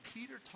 Peter